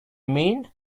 mean